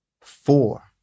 four